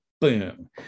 boom